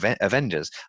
Avengers